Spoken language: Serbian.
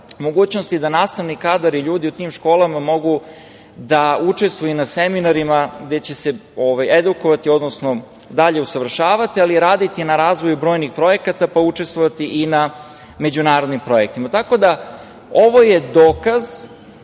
mogućnost da nastavni kadar i ljudi u tim školama mogu da učestvuju na seminarima gde će se edukovati, odnosno dalje usavršavati, ali i raditi na razvoju brojnih projekata, pa učestvovati i na međunarodnim projektima. Ovo je dokaz